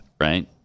right